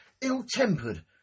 ill-tempered